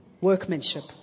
workmanship